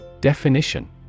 Definition